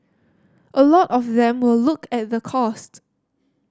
a lot of them will look at the cost